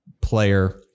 player